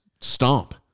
stomp